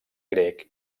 grec